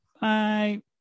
Bye